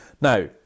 Now